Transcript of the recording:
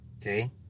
okay